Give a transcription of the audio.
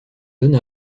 donne